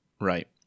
right